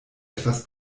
etwas